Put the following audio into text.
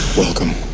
Welcome